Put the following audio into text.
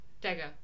Dagger